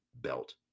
Belt